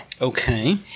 Okay